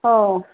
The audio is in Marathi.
हो